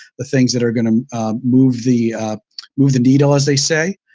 the things that are going to move the move the needle, as they say,